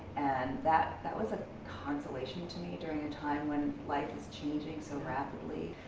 that that was a consolation to me during a time when life was changing so rapidly.